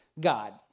God